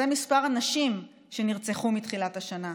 זה מספר הנשים שנרצחו מתחילת השנה,